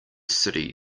city